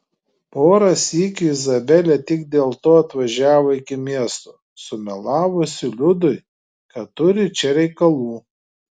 porą sykių izabelė tik dėl to atvažiavo iki miesto sumelavusi liudui kad turi čia reikalų